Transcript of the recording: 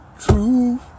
truth